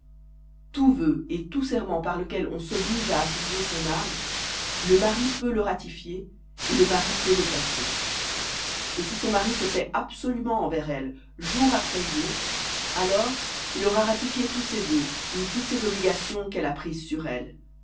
tout vœu et tout serment par lequel on s'oblige à affliger son âme le mari peut le ratifier et le mari peut le casser et si son mari se tait absolument envers elle jour après jour alors il aura ratifié tous ses vœux ou toutes ses obligations qu'elle a prises sur elle